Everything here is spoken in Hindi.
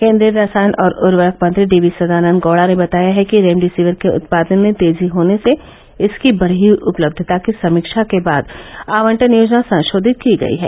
केन्द्रीय रसायन और उर्वरक मंत्री डीवी सदानन्द गौडा ने बताया है कि रेमडेसिविर के उत्पादन में तेजी होने से इसकी बढ़ी हई उपलब्यता की समीक्षा के बाद आवंटन योजना संशोधित की गई है